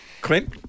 Clint